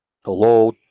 Hello